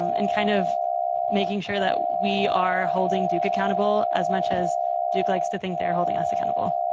um and kind of making sure that we are holding duke accountable as much as duke likes to think they're holding us accountable,